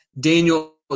Daniel